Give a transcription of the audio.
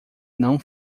não